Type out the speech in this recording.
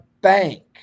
Bank